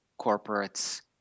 corporates